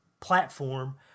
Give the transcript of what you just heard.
platform